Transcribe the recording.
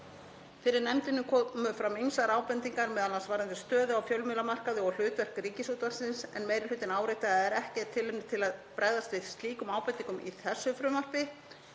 Fyrir nefndinni komu fram ýmsar ábendingar, m.a. varðandi stöðu á fjölmiðlamarkaði og hlutverk Ríkisútvarpsins, en meiri hlutinn áréttar að ekki er tilefni til að bregðast við slíkum ábendingum í þessu frumvarpi.